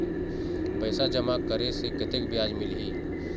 पैसा जमा करे से कतेक ब्याज मिलही?